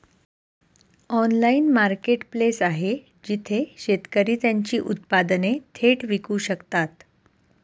Online marketplace आहे जिथे शेतकरी त्यांची उत्पादने थेट विकू शकतात?